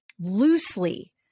loosely